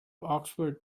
oxford